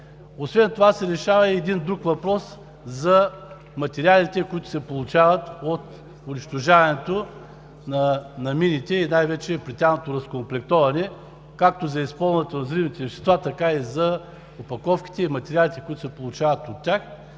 Освен това се решава и друг въпрос – за материалите, които се получават от унищожаването на мините, и най-вече при тяхното разкомплектоване както за използването на взривните вещества, така и за опаковките и материалите, които се получават от тях.